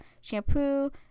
Shampoo